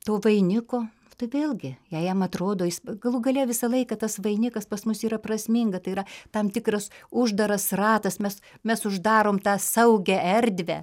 to vainiko tai vėlgi jei jam atrodo jis galų gale visą laiką tas vainikas pas mus yra prasminga tai yra tam tikras uždaras ratas mes mes uždarom tą saugią erdvę